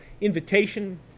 invitation